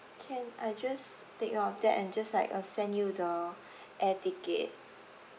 can I'll just take note of that and just like I'll send you the air ticket